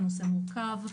הנושא מורכב.